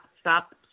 stop